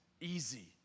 easy